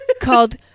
called